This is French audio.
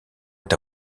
est